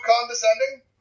condescending